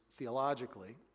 Theologically